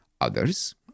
others